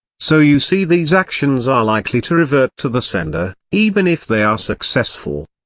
so you see these actions are likely to revert to the sender, even if they are successful.